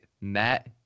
Matt